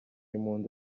impunzi